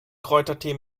kräutertee